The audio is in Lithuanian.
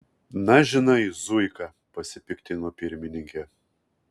na žinai zuika pasipiktino pirmininkė